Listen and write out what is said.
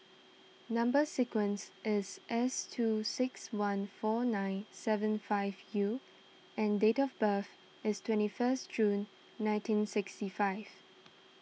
Number Sequence is S two six one four nine seven five U and date of birth is twenty first June nineteen sixty five